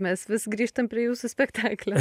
mes vis grįžtam prie jūsų spektaklio